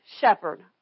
shepherd